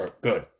Good